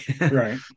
right